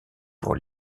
pour